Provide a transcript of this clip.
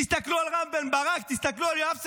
תסתכלו על רם בן ברק, תסתכלו על יואב סגלוביץ',